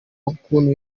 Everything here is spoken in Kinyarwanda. ukuntu